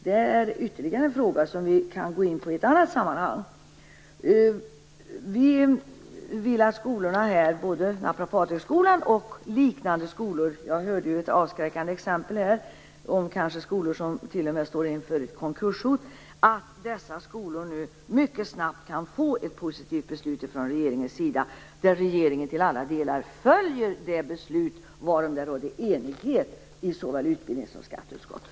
Det är ytterligare en fråga som vi kan gå in på i ett annat sammanhang. Vi vill att Naprapathögskolan och liknande skolor - jag hörde ju ett avskräckande exempel här om skolor som kanske t.o.m. står inför konkurshot - mycket snabbt kan få ett positivt beslut från regeringen där regeringen till alla delar följer det beslut varom det råder enighet i såväl utbildningsutskottet som i skatteutskottet.